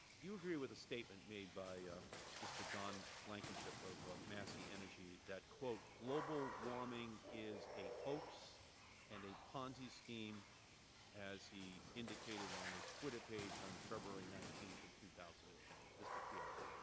you agree with the statement made by mr. don blankenship of massey energy that global warming is a hoax and a ponzi scheme as he indicated on his twitter page on february nineteen of two thousand and ten. mr. chiaro?